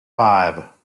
five